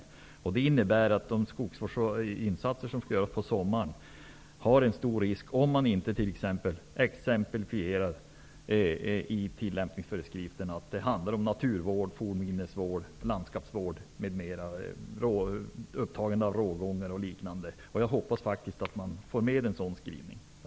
Det finns en risk för att de skogsvårdsinsatser som skall göras på sommaren inte blir av, om man inte i tillämpningsföreskrifterna påpekar att det handlar om naturvård, fornminnesvård, landskapsvård och upptagande av rågångar. Jag hoppas faktiskt att man får med detta i tillämpningsföreskrifterna.